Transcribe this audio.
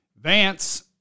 Vance